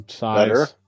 better